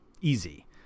easy